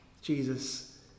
Jesus